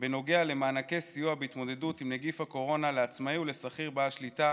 בנוגע למענקי סיוע בהתמודדות עם נגיף הקורונה לעצמאי ולשכיר בעל שליטה